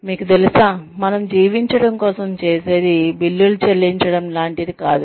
మీకు తెలుసా మనము జీవించడం కోసం చేసేది బిల్లులు చెల్లించడం లాంటిది కాదు